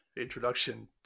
introduction